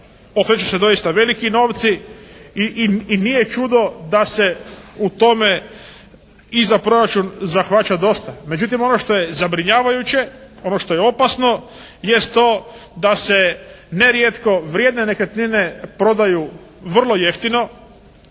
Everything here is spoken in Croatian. okreću se doista veliki novci. I nije čudo da se u tome i za proračun zahvaća dosta. Međutim ono što je zabrinjavajuće, ono što je opasno, jest to da se nerijetko vrijedne nekretnine prodaju vrlo jeftino,